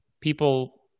people